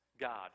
God